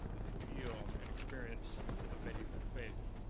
the feel and experience of medieval faith.